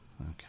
Okay